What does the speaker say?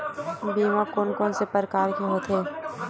बीमा कोन कोन से प्रकार के होथे?